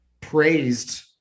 praised